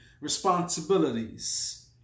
responsibilities